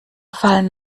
fallen